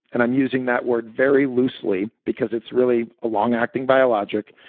and i'm using that word very loosely because it's really a long acting biologic,